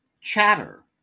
Chatter